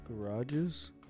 garages